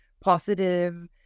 positive